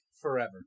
forever